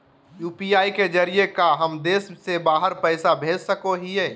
UPI के जरिए का हम देश से बाहर पैसा भेज सको हियय?